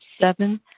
Seven